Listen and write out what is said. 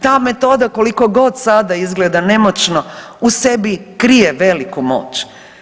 Ta metoda koliko god sad izgleda nemoćno u sebi krije veliku moć.